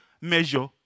measure